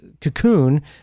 cocoon